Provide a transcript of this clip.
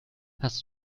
hast